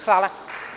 Hvala.